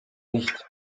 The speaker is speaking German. nicht